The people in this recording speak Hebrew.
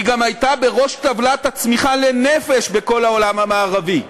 היא גם הייתה בראש טבלת הצמיחה בצמיחה לנפש בכל העולם המערבי.